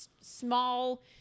small